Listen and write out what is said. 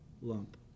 lump